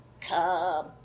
come